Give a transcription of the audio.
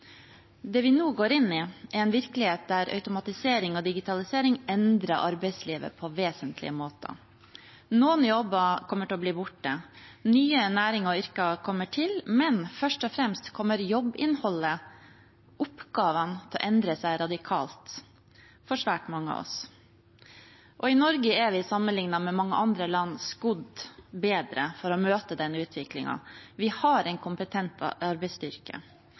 Det vi nå går inn i, er en virkelighet der automatisering og digitalisering endrer arbeidslivet på vesentlige måter. Noen jobber kommer til å bli borte, nye næringer og yrker kommer til, men først og fremst kommer jobbinnholdet – oppgavene – til å endre seg radikalt for svært mange av oss. I Norge er vi, sammenliknet med mange andre land, skodd bedre for å møte denne utviklingen. Vi har en kompetent arbeidsstyrke.